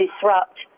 disrupt